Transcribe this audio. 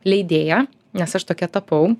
leidėja nes aš tokia tapau